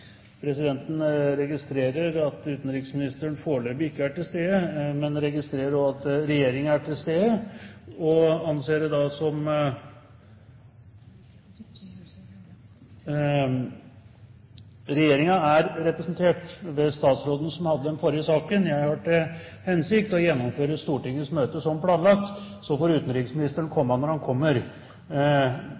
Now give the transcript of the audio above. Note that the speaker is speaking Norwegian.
Presidenten registrerer at utenriksministeren foreløpig ikke er til stede, men registrerer også at regjeringen er representert ved statsråden som hadde den forrige saken. Presidenten har til hensikt å gjennomføre Stortingets møte som planlagt, så får utenriksministeren komme når han kommer.